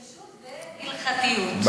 ברגישות ובהלכתיות.